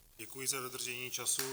Děkuji za dodržení času.